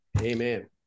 Amen